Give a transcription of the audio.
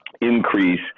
increase